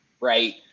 Right